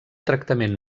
tractament